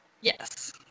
Yes